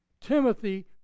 Timothy